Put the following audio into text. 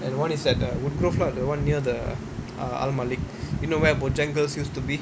and one is at the woodgrove lah that one near the almalic you know where bojangles used to be